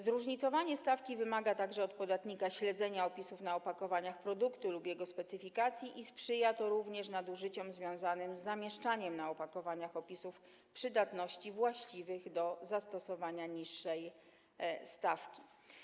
Zróżnicowanie stawki wymaga także od podatnika śledzenia opisów na opakowaniach produktu lub jego specyfikacji i sprzyja nadużyciom związanym z zamieszczaniem na opakowaniach terminów przydatności właściwych do zastosowania niższej stawki.